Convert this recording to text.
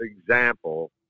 example